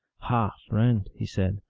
ha, friend, he said,